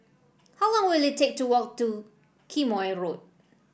how long will it take to walk to Quemoy Road